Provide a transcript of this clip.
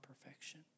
perfection